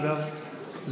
אגב,